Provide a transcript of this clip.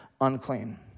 unclean